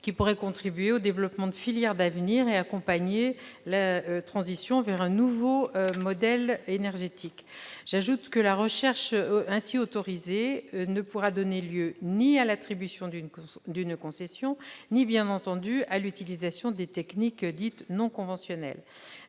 qui pourraient contribuer au développement de filières d'avenir et accompagner la transition vers un nouveau modèle énergétique. La recherche ainsi autorisée ne pourra donner lieu ni à l'attribution d'une concession ni à l'utilisation des techniques dites « non conventionnelles